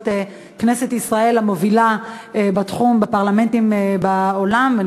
להיות כנסת ישראל המובילה בתחום בפרלמנטים בעולם.